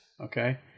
okay